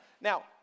Now